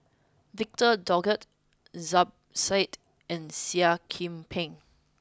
victor Doggett Zubir said and Seah Kian Peng